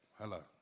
hello